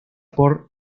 por